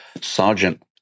Sergeant